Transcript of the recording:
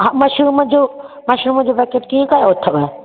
हा मशरूम जो मशरूम जो पेकेट कीअं कयो अथव